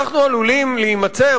אנחנו עלולים להימצא,